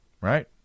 right